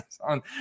on